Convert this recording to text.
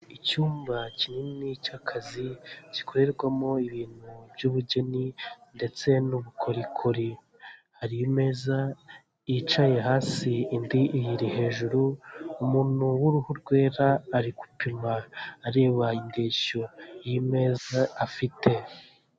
Icyumba kinini cy'akazi gikorerwamo ibintu by'ubugeni ndetse n'ubukorikori, hari imeza yicaye hasi indi iyiri hejuru umuntu w'uruhu rwera ari gupima areba indeshyo y'imeza afite.